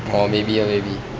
oh maybe ah maybe